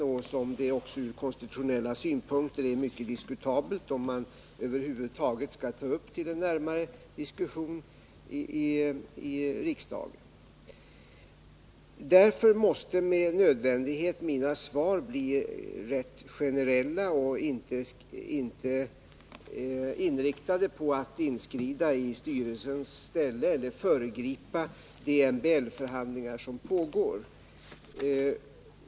Det kan också ur konstitutionell synpunkt vara mycket diskutabelt om man över huvud taget skall ta upp frågorna till en närmare diskussion i riksdagen. Därför måste med nödvändighet mina svar bli rätt generella och inriktade på att jag inte skall inskrida i styrelsens ställe eller föregripa de MBL-förhandlingar som pågår.